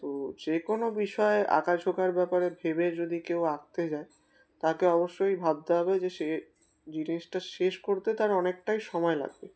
তো যে কোনো বিষয়ে আঁকা ঝোঁকার ব্যাপারে ভেবে যদি কেউ আঁকতে যায় তাকে অবশ্যই ভাবতে হবে যে সেই জিনিসটা শেষ করতে তার অনেকটাই সময় লাগবে